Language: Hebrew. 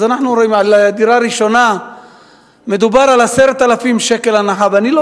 אנחנו רואים שעל דירה ראשונה מדובר בהנחה של 10,000 שקלים.